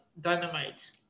Dynamite